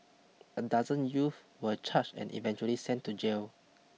a dozen youth were charged and eventually sent to jail